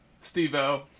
Steve-O